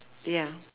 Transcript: ya